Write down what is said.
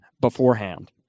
beforehand